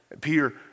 Peter